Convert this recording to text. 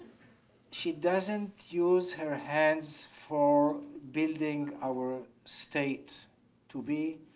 she doesn't use her hands for building our state to be.